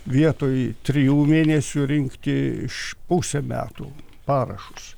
vietoj trijų mėnesių rinkti iš pusę metų parašus